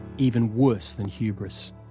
even worse than hubris.